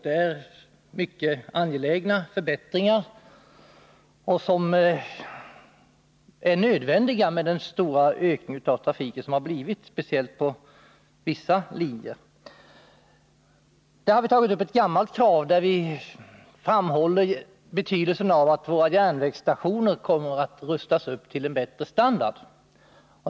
Det är mycket angelägna förbättringar vi föreslår med tanke på den stora ökning av trafiken som skett, speciellt på vissa linjer. Bl. a. har vi framhållit betydelsen av att järnvägsstationerna rustas upp till en bättre standard.